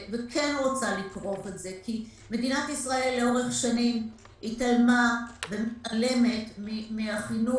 מדינת ישראל לאורך שנים התעלמה ומתעלמת מהחינוך